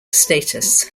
status